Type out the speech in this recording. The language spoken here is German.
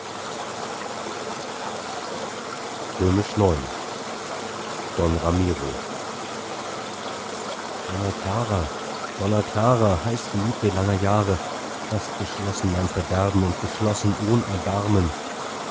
don ramiro donna clara donna clara heißgeliebte langer jahre hast beschlossen mein verderben und beschlossen ohn erbarmen